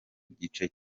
gice